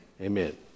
Amen